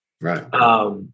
Right